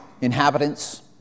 inhabitants